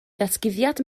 ddatguddiad